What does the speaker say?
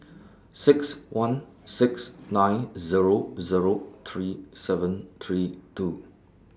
six one six nine Zero Zero three seven three two